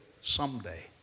someday